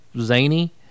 zany